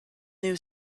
new